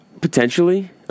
potentially